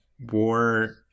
war